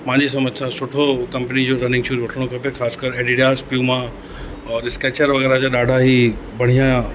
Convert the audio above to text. मांजे समुझ सां सुठो कंपनी जो रनिंग शूज़ वठिणो खपे ख़ासिकर एडिडास प्यूमा और स्केचर वग़ैरह जा ॾाढा ई बढ़िया